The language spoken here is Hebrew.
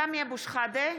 (קוראת בשמות חברי הכנסת) סמי אבו שחאדה,